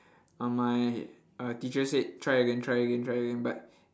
uh my uh teacher said try again try again try again but